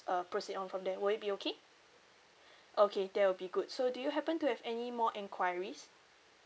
uh proceed on from there will it be okay okay that will be good so do you happen to have any more enquiries